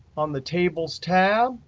on the tables tab,